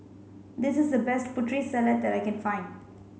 this's the best Putri Salad that I can find